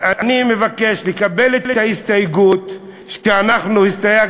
אני מבקש לקבל את ההסתייגות שלנו.